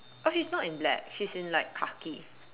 oh she's not in black she's like in khaki